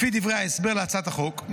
לפי דברי ההסבר להצעת החוק,